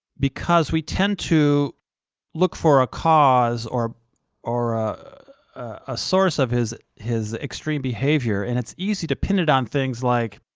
because we tend to look for a cause or or a source of his his extreme behavior, and it's easy to pin it on things like,